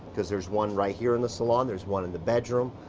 because there's one right here in the salon, there's one in the bedroom,